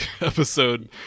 episode